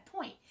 Point